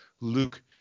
Luke